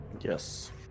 Yes